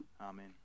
amen